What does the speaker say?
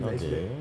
okay